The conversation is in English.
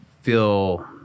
feel